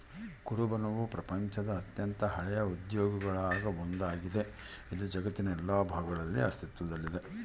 ಕುರುಬನವು ಪ್ರಪಂಚದ ಅತ್ಯಂತ ಹಳೆಯ ಉದ್ಯೋಗಗುಳಾಗ ಒಂದಾಗಿದೆ, ಇದು ಜಗತ್ತಿನ ಎಲ್ಲಾ ಭಾಗಗಳಲ್ಲಿ ಅಸ್ತಿತ್ವದಲ್ಲಿದೆ